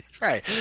Right